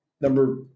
Number